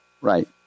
Right